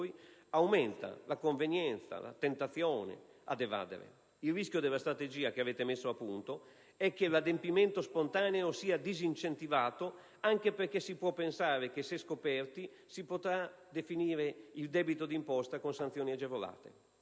aumenta la convenienza e la tentazione di evadere. Il rischio della strategia che avete messa a punto è che l'adempimento spontaneo sia disincentivato, anche perché si può pensare che, se scoperti, si potrà definire il debito di imposta con sanzioni agevolate.